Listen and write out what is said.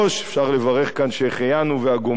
אפשר לברך כאן "שהחיינו" ו"הגומל".